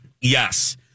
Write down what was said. Yes